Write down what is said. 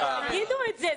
תגידו את זה.